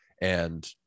And-